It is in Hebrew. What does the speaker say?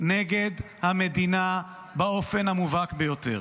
נגד המדינה באופן המובהק ביותר.